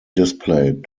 displayed